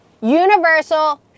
universal